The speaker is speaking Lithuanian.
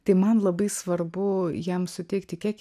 tai man labai svarbu jiem suteikti kiek